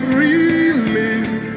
released